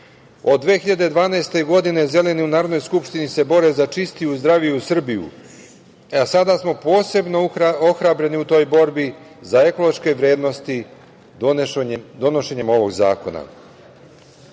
2012. godine Zeleni u Narodnoj skupštini se bore za čistiju i zdraviju Srbiju, a sada smo posebno ohrabreni u toj borbi za ekološke vrednosti donošenjem ovog zakona.